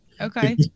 Okay